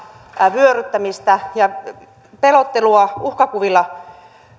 vyöryttämistä ja pelottelua